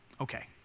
Okay